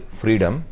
freedom